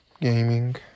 gaming